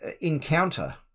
encounter